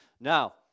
Now